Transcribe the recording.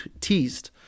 teased